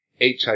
HIV